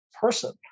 person